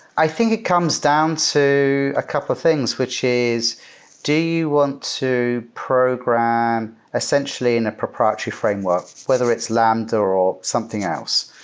i think it comes down to a couple things, which is do you want to program essentially in a proprietary framework? whether it's lambda or something else.